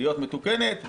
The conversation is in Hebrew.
להיות מתוקנת.